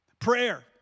Prayer